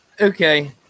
Okay